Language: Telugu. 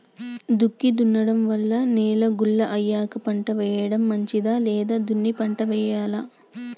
దుక్కి దున్నడం వల్ల నేల గుల్ల అయ్యాక పంట వేయడం మంచిదా లేదా దున్ని పంట వెయ్యాలా?